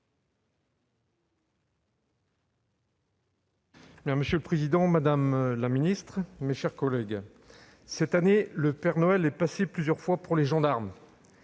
Monsieur le président, madame la ministre, mes chers collègues, cette année, le père Noël est passé plusieurs fois pour les gendarmes